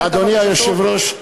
אדוני היושב-ראש,